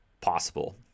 possible